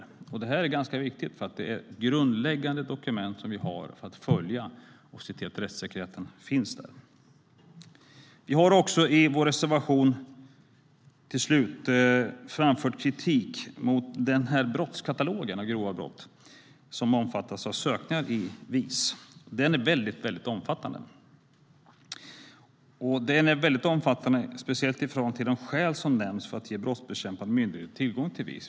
Det är viktigt eftersom de är grundläggande dokument som vi har att följa för att rättssäkerheten ska fungera. Vi har i vår reservation också framfört kritik mot brottskatalogen över grova brott som omfattas av sökningar i VIS. Katalogen är mycket omfattande, speciellt i förhållande till de skäl som nämns för att ge brottsbekämpande myndigheter tillgång till VIS.